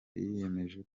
yiyemeje